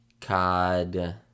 COD